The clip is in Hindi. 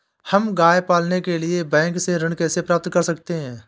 हम गाय पालने के लिए बैंक से ऋण कैसे प्राप्त कर सकते हैं?